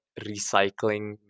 recycling